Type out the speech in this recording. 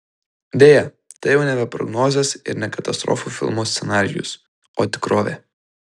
deja tai jau nebe prognozės ir ne katastrofų filmo scenarijus o tikrovė